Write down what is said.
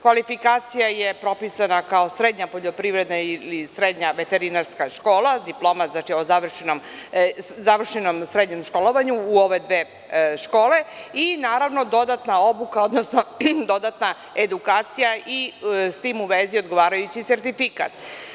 Kvalifikacija je propisana kao srednja poljoprivredna ili srednja veterinarska škola, znači diploma o završenom srednjem školovanju u ove dve škole i naravno, dodatna obuka odnosno dodatna edukacija i s tim u vezi odgovarajući sertifikat.